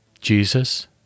Jesus